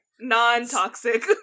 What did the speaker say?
Non-toxic